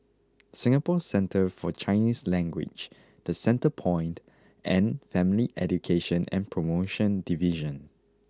Singapore Centre For Chinese Language The Centrepoint and Family Education and Promotion Division